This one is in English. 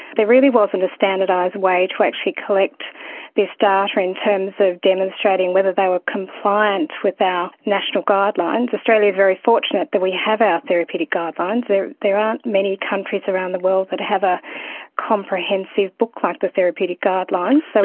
really wasn't a standardised way to actually collect this data in terms of demonstrating whether they were compliant with our national guidelines. australia is very fortunate that we have our therapeutic guidelines. there there aren't many countries around the world that have a comprehensive book like the therapeutic guidelines, so